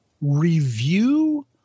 Review